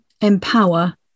empower